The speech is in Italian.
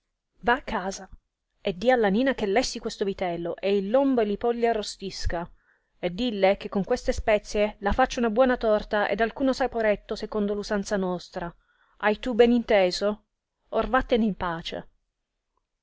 va a casa e dì alla nina che lessi questo vitello e il lombo e li polli arrostisca e dille che con queste spezie la faccia una buona torta ed alcuno saporetto secondo usanza nostra hai tu ben inteso or vattene in pace